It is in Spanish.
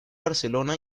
barcelona